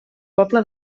poble